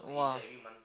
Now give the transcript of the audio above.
!wah!